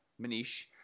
Manish